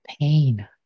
pain